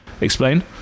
Explain